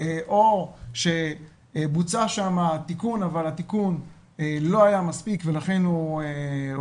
או שבוצע שם תיקון אבל התיקון לא היה מספיק ולכן הוא